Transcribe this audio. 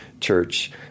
church